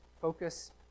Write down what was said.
focus